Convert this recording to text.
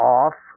off